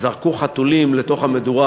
זרקו חתולים לתוך המדורה.